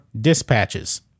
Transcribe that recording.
dispatches